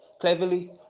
Cleverly